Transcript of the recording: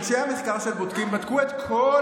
אנשי המחקר של "בודקים" בדקו את כל